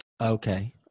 Okay